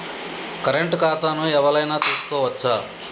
Current ఖాతాను ఎవలైనా తీసుకోవచ్చా?